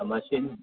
machine